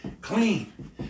clean